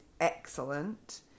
excellent